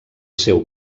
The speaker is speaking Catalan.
seu